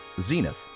Zenith